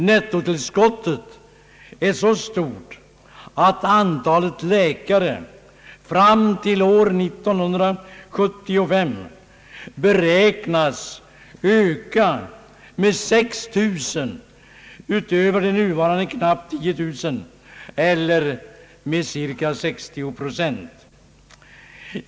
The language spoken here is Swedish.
Nettotillskottet är så stort att antalet läkare fram till år 1975 beräknas öka med 6 000 utöver de nuvarande knappt 10 000, eller med cirka 60 procent.